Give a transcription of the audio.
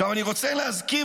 עכשיו אני רוצה להזכיר,